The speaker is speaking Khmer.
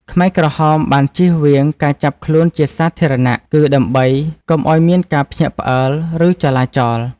ខ្មែរក្រហមបានជៀសវាងការចាប់ខ្លួនជាសាធារណគឺ ដើម្បីកុំឱ្យមានការភ្ញាក់ផ្អើល ឬចលាចល។